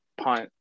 punt